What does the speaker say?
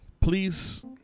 Please